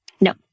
No